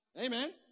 Amen